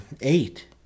eight